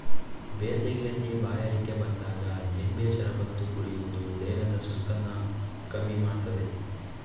ಬೇಸಿಗೆಯಲ್ಲಿ ಬಾಯಾರಿಕೆ ಬಂದಾಗ ಲಿಂಬೆ ಶರಬತ್ತು ಕುಡಿಯುದು ದೇಹದ ಸುಸ್ತನ್ನ ಕಮ್ಮಿ ಮಾಡ್ತದೆ